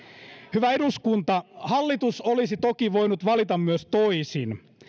hyvä eduskunta hallitus olisi toki voinut valita myös toisin